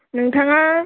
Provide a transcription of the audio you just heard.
नोंथाङा